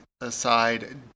aside